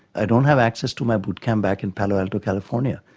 i don't have access to my boot camp back in palo alto, california,